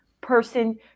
person